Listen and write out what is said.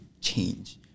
change